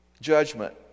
judgment